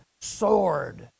soared